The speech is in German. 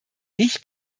ich